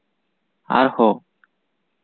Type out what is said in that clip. ᱟᱨᱦᱚᱸ